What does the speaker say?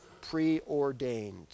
preordained